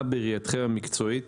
מה בראייתכם המקצועית